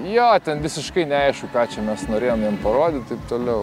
jo ten visiškai neaišku ką čia mes norėjom jiem parodyt taip toliau